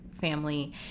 family